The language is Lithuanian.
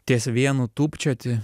ties vienu tūpčioti